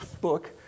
book